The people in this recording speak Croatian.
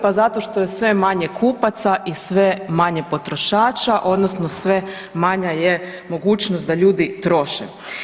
Pa zato što je sve manje kupaca i sve manje potrošača odnosno sve manja je mogućnost da ljudi troše.